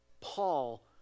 Paul